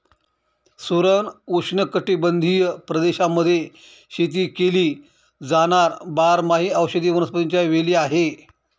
सुरण उष्णकटिबंधीय प्रदेशांमध्ये शेती केली जाणार बारमाही औषधी वनस्पतीच्या वेली आहे